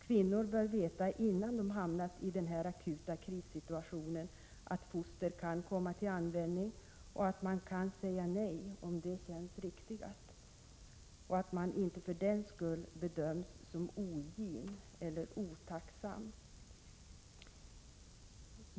Kvinnan bör veta, innan hon hamnat i den akuta krissituationen, att fostret kan komma till användning och att hon kan säga nej om det känns riktigast — och att hon inte för den skull bedöms som ogin eller otacksam.